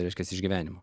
reiškiasi išgyvenimu